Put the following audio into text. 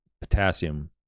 potassium